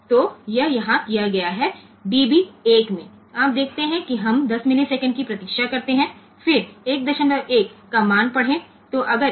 તેથી તે અહીં db 1 માં થાય છે અને આપણે 10 મિલિસેકન્ડ માટે રાહ જોઈશું પછી ફરીથી તેમની રાહ જોઈશું અને પછી ફરીથી 1